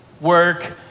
work